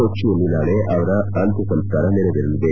ಕೊಟ್ಟಿಯಲ್ಲಿ ನಾಳೆ ಅಂತ್ಯಸಂಸ್ಥಾರ ನೆರವೇರಲಿದೆ